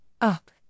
UP